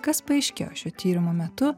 kas paaiškėjo šio tyrimo metu